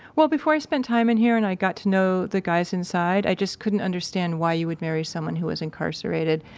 well, before i spent time in here and i got to know the guys inside, i just couldn't understand why you would marry someone who was incarcerated.